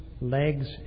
legs